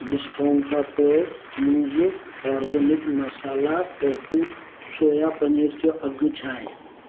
discount खां पोइ मूंज़ु organic masala tofu soya paneer जो अघु छाहे